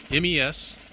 MES